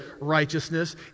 righteousness